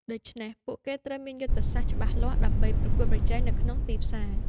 ដូច្នេះ ពួកគេត្រូវមានយុទ្ធសាស្ត្រច្បាស់លាស់ដើម្បីប្រកួតប្រជែងនៅក្នុងទីផ្សារ។